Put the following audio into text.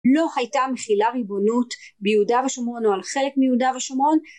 לו הייתה מחילה ריבונות ביהודה ושומרון או על חלק מיהודה ושומרון